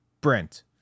Brent